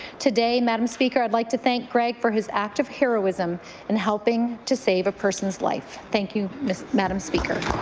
today madam speaker i would like to thank greg for his act of heroism in helping to save a person's life. thank you madam speaker.